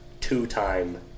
two-time